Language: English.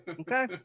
Okay